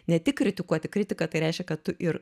ne tik kritikuoti kritika tai reiškia kad tu ir